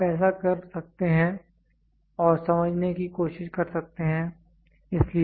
तो आप ऐसा कर सकते हैं और समझने की कोशिश कर सकते हैं